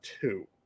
two